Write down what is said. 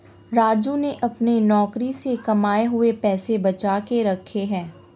राजू ने अपने नौकरी से कमाए हुए पैसे बचा के रखे हैं